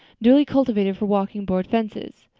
duly cultivated, for walking board fences.